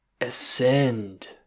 ascend